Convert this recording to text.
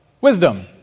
wisdom